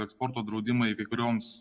eksporto draudimai kai kurioms